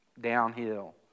downhill